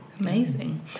Amazing